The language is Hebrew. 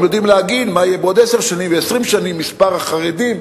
הם יודעים להגיד מה יהיה בעוד עשר שנים ו-20 שנים מספר החרדים.